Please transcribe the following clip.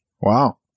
Wow